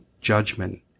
judgment